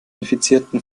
infizierten